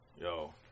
Yo